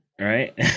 right